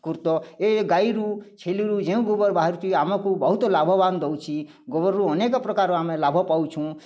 ଏ ଗାଈରୁ ଛେଲିରୁ ଯେଉଁ ଗୋବର୍ ବାହାରୁଚି ଆମକୁ ବହୁତ ଲାଭବାନ୍ ଦଉଚି ଗୋବରରୁ ଅନେକ ପ୍ରକାର ଆମେ ଲାଭ ପାଉଚୁ